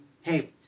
hey